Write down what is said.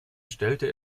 stellte